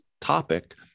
topic